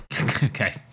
Okay